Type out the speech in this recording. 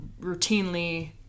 routinely